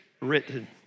written